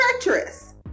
treacherous